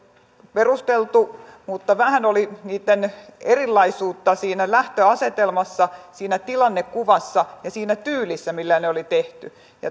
perusteltu mutta vähän oli niitten erilaisuutta siinä lähtöasetelmassa siinä tilannekuvassa ja siinä tyylissä millä ne oli tehty